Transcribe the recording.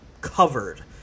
covered